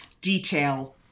detail